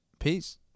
Peace